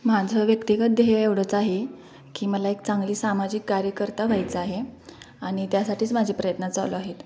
माझं व्यक्तिगत ध्येय एवढंच आहे की मला एक चांगली सामाजिक कार्यकर्ता व्हायचं आहे आणि त्यासाठीच माझे प्रयत्न चालू आहेत